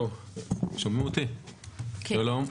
שלום,